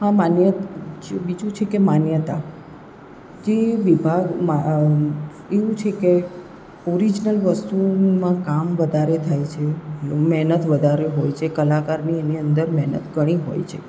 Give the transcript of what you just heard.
એમાં માન્ય છ બીજું છે માન્યતા જે વિભાગમાં એવું છે કે ઓરીજનલ વસ્તુમાં કામ વધારે થાય છે મહેનત વધારે હોય છે કલાકારની અંદર મહેનત ઘણી હોય છે